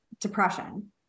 depression